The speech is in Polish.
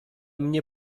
mnie